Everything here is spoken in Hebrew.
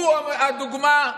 הוא הדוגמה?